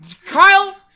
Kyle